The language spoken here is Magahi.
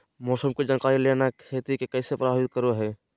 मौसम के जानकारी लेना खेती के कैसे प्रभावित करो है?